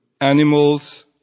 Animals